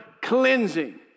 cleansing